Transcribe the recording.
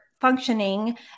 functioning